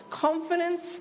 confidence